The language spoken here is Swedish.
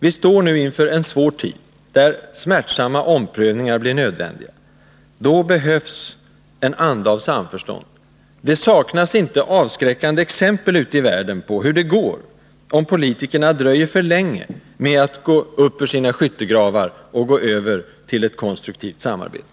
Vi står nu inför en svår tid, där smärtsamma omprövningar blir nödvändiga. Då behövs en anda av samförstånd. Det saknas inte avskräckande exempel ute i världen på hur det går om politikerna dröjer för länge med att ur sina skyttegravar gå över till ett konstruktivt samarbete.